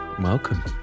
welcome